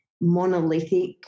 Monolithic